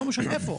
לא משנה איפה.